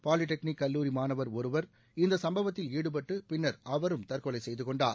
polytechnic கல்லூரி மாணவர் ஒருவர் இந்த சும்பவத்தில் ஈடுபட்டு பின்னர் அவரும் தற்கொலை செய்துக்கொண்டார்